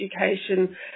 education